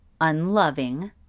unloving